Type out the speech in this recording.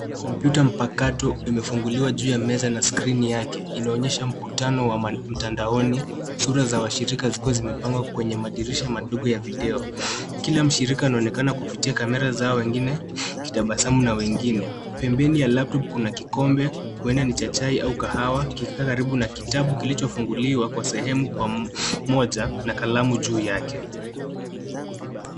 Kompyuta mpakato imefunguliwa juu ya meza na skirini yake inaonyesha mkutano wa mtandaoni, sura za washirika zikiwa zimepangwa kwenye madirisha madogo ya video. Kila mshirika anaonekana kupitia kamera zao, wengine wakitabasamu na wengine. Pembeni ya laptop kuna kikombe, huenda ni cha chai au kahawa, kikikaa karibu na kitabu kilichofunguliwa kwa sehemu, pamoja na kalamu juu yake.